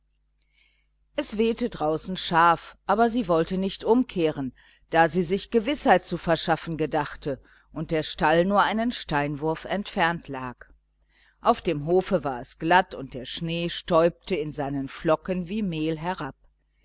es wehte draußen scharf aber sie wollte nicht umkehren da sie sich gewißheit zu verschaffen gedachte und der stall nur einen steinwurf entfernt lag auf dem hofe war es glatt und der schnee stäubte in seinen flocken wie mehl herab